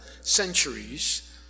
centuries